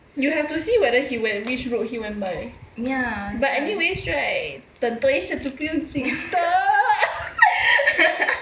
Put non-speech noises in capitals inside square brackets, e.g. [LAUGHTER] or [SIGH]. you have to see whether he went which route he went by but anyways right 等多一下子不用经的 [LAUGHS]